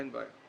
אין בעיה.